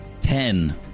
Ten